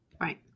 Right